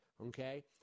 Okay